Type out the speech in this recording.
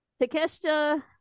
Takesha